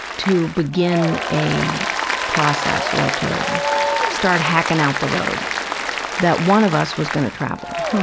to begin a process or to start hacking out the road that one of us was going to travel,